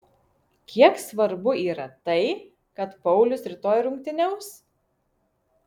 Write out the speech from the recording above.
kiek svarbu yra tai kad paulius rytoj rungtyniaus